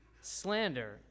slander